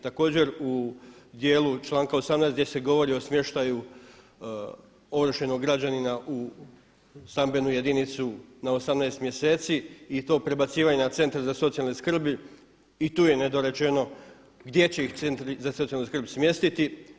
Također u dijelu članka 18. gdje se govori o smještaju ovršenog građanina u stambenu jedinicu na 18 mjeseci i to prebacivanje na centar za socijalnu skrb i tu je nedorečeno gdje će ih centri za socijalnu skrb smjestiti.